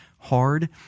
Hard